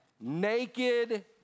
naked